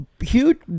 Huge